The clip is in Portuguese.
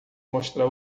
mostrar